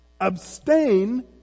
abstain